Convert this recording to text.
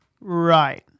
right